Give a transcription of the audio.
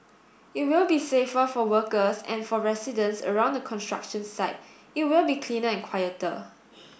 it will be safer for workers and for residents around the construction site it will be cleaner and quieter